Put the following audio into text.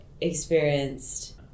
experienced